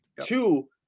Two